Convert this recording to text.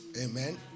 Amen